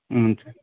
हुन्छ